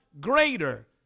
greater